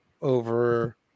over